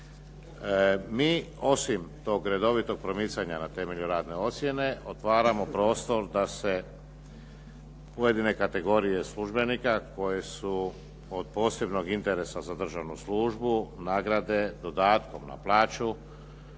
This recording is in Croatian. Mi osim tog redovitog promicanja na temelju radne ocjene otvaramo prostor da se pojedine kategorije službenika koje su od posebnog interesa za državnu službu nagrade dodatkom na plaću,